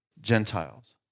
Gentiles